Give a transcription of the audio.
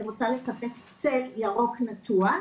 אני רוצה לספק צל ירוק נטוע,